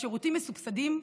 שהשירותים מסובסדים,